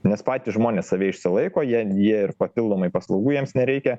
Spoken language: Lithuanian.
nes patys žmonės save išsilaiko jie jie ir papildomai paslaugų jiems nereikia